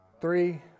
three